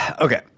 Okay